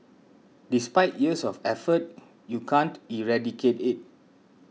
despite years of effort you can't eradicate it